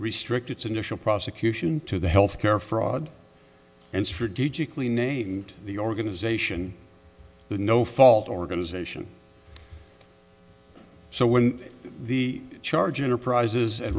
restrict its initial prosecution to the health care fraud and strategically named the organization the no fault organization so when the charge enterprises a